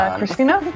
Christina